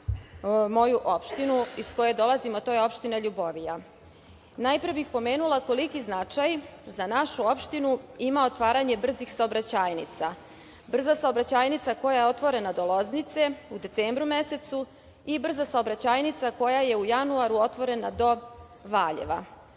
moju opštinu iz koje dolazim, a to je opština Ljubovija. Najpre bih pomenula koliki značaj za našu opštinu ima otvaranje brzih saobraćajnica. Brza saobraćajnica koja je otvorena do Loznice u decembru mesecu i brza saobraćajnica koja je u januaru otvorena do Valjeva.